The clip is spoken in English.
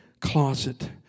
closet